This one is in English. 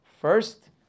first